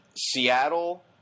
Seattle